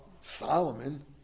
Solomon